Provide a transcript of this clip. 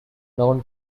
known